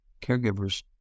caregivers